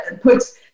puts